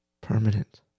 permanent